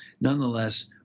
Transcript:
nonetheless